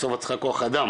בסוף את צריכה כוח אדם,